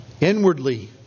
inwardly